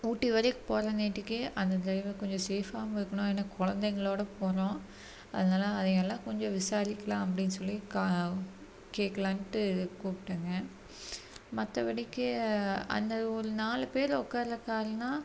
ஊட்டி வரைக்கும் போகறங்காட்டிக்கு அந்த டிரைவர் கொஞ்சம் சேஃப்ஃபாவும் இருக்கணும் ஏன்னா குழந்தைங்களோட போகறோம் அதனால அதை எல்லாம் கொஞ்சம் விசாரிக்கிலாம் அப்படின்னு சொல்லி கேட்க்கலான்ட்டு கூப்பிட்டேங்க மத்தபடிக்கி அந்த ஒரு நாலு பேர் உட்கார்ற காருன்னா